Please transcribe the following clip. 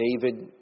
David